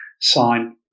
sign